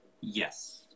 yes